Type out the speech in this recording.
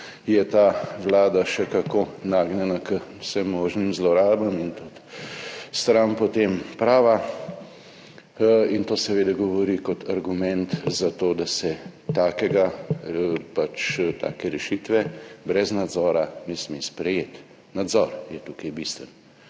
je ta vlada še kako nagnjena k vsem možnim zlorabam in tudi stranpotem prava. To seveda govori kot argument za to, da se take rešitve brez nadzora ne sme sprejeti. Nadzor je tukaj bistven.